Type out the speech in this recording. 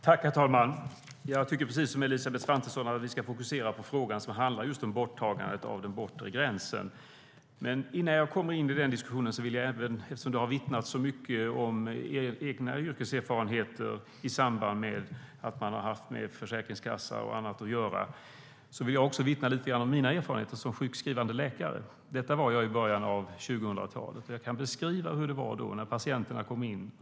Herr talman! Jag tycker precis som Elisabeth Svantesson att vi ska fokusera på frågan som handlar om borttagandet av den bortre gränsen. Eftersom det har vittnats så mycket om egna yrkeserfarenheter av försäkringskassa och så vidare vill jag också vittna lite grann om mina erfarenheter som sjukskrivande läkare. Detta var jag i början av 2000-talet. Jag kan beskriva hur det var när patienterna kom in.